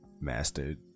mastered